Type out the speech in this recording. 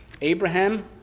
Abraham